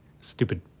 Stupid